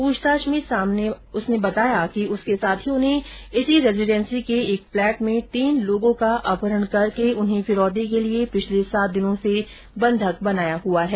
पूछताछ में उसने बताया कि उसके साथियों ने इसी रेजिडेंसी के एक फ्लैट में तीन लोगों का अपहरण करेके उन्हें फिरौती के लिये पिछले सात दिनों से बंधक बनाया हुआ है